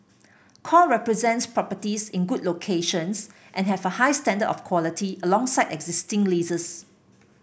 core represents properties in good locations and have a high standard of quality alongside existing leases